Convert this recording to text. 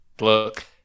Look